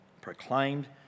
proclaimed